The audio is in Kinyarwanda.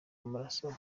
w’amaraso